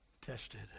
tested